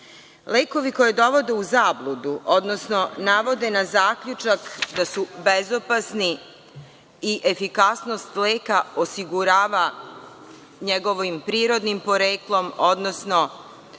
Lekovi koji dovode u zabludu, odnosno navode na zaključak da su bezopasni i efikasnost leka osigurava njegovim prirodnim poreklom, odnosno